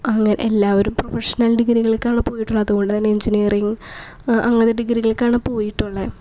അങ്ങനെ എല്ലാവരും പ്രഫഷണൽ ഡിഗ്രികൾക്കാണ് പോയിട്ടുള്ളത് അതുകൊണ്ട് തന്നെ എഞ്ചിനീയറിങ്ങ് അങ്ങനെ ഡിഗ്രികൾക്കാണ് പോയിട്ടുള്ളത്